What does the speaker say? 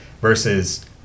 versus